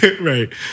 Right